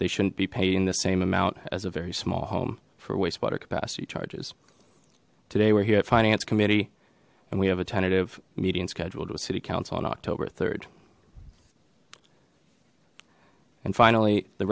they shouldn't be paying the same amount as a very small home for waste water capacity charges today we're here at finance committee and we have a tentative meeting scheduled with city council on october rd and finally the